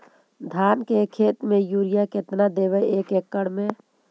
धान के खेत में युरिया केतना देबै एक एकड़ में?